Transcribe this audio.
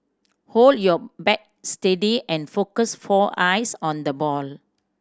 hold your bat steady and focus for eyes on the ball